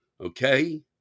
Okay